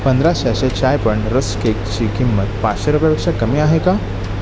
पंधरा शॅशे चाय पाँन रस केकची किंमत पाचशे रुपयापेक्षा कमी आहे का